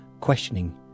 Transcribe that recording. questioning